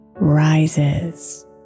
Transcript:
rises